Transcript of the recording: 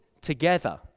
together